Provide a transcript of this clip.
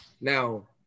now